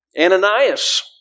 Ananias